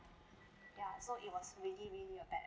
ya so it was really really a bad